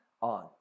on